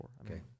Okay